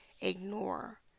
Ignore